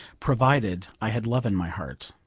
provided i had love in my heart.